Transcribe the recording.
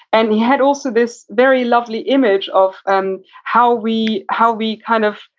and he had also this very lovely image of um how we how we kind of,